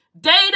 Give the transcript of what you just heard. Data